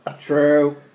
True